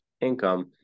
income